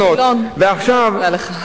חבר הכנסת גילאון, אני מודה לך.